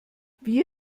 wie